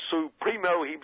supremo